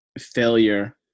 failure